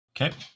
Okay